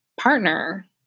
partner